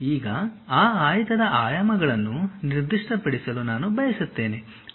ಈಗಆ ಆಯತದ ಆಯಾಮಗಳನ್ನು ನಿರ್ದಿಷ್ಟಪಡಿಸಲು ನಾನು ಬಯಸುತ್ತೇನೆ